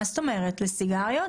מה זאת אומרת, לסיגריות?